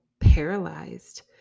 paralyzed